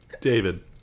David